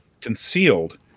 concealed